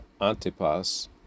Antipas